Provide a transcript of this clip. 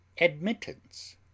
Admittance